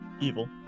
Evil